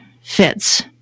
fits